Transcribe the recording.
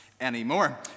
anymore